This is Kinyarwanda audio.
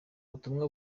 butumwa